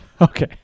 okay